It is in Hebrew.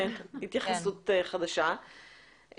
התייחסות חדשה,